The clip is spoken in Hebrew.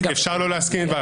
אפשר לא להסכים עם דבריי,